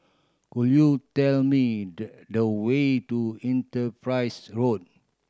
could you tell me the the way to Enterprise Road